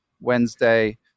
Wednesday